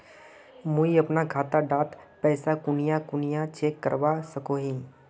मुई अपना खाता डात पैसा कुनियाँ कुनियाँ चेक करवा सकोहो ही?